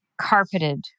carpeted